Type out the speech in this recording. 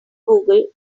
google